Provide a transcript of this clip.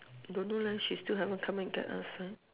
don't know leh she still haven't come in and tell us ah